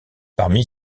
parmi